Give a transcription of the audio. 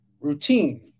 routine